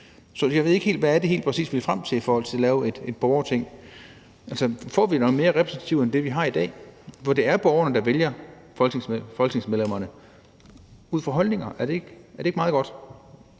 Så jeg ved ikke, hvad det helt præcis er, man vil frem til i forhold til at lave et borgerting. Får vi noget mere repræsentativt end det, vi har i dag, hvor det er borgerne, der vælger folketingsmedlemmerne ud fra holdninger? Er det ikke meget godt?